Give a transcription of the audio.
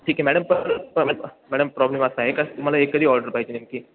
ठीक आहे मॅडम प प्रॉब मॅडम प्रॉब्लेम असा आहे का मला कधी ऑर्डर पाहिजे नेमकी